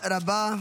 תודה רבה.